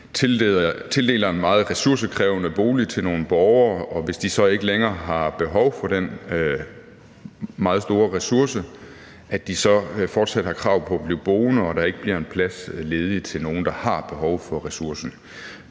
tildeler en meget ressourcekrævende bolig til nogle borgere, og at de, hvis de så ikke længere har behov for den meget store ressource, fortsat har krav på at blive boende, og at der ikke bliver en plads ledig til nogen, der har behov for ressourcen.